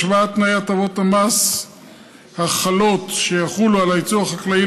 השוואת תנאי הטבות המס שיחולו על היצוא החקלאי,